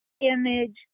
image